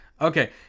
okay